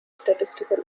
statistical